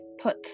put